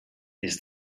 this